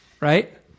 right